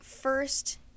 first